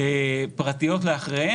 פרטיות לאחריו.